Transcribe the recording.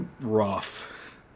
rough